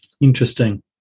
Interesting